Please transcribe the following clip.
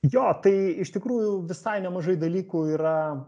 jo tai iš tikrųjų visai nemažai dalykų yra